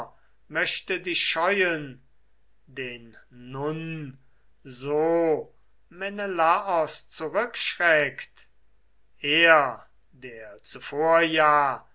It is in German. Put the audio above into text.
möchte dich scheuen den nun so menelaos zurückschreckt er der zuvor ja